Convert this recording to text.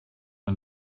and